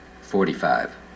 Forty-five